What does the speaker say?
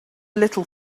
little